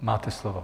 Máte slovo.